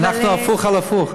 אה, אוקיי, אנחנו הפוך על הפוך.